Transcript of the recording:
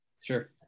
Sure